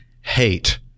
hate